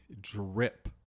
drip